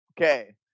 Okay